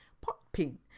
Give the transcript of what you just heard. Popping